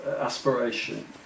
aspiration